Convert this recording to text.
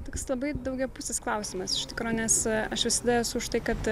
toks labai daugiapusis klausimas iš tikro nes aš visada esu už tai kad